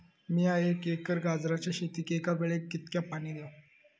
मीया एक एकर गाजराच्या शेतीक एका वेळेक कितक्या पाणी देव?